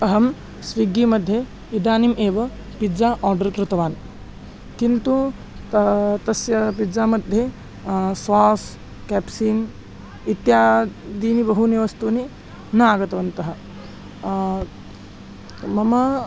अहं स्विग्गी मध्ये इदानीम् एव पिज़्ज़ा आर्डर् कृतवान् किन्तु तस्य पिज़्ज़ा मध्ये सास् केप्सिन् इत्यादीनि बहूनि वस्तूनि न आगतवन्तः मम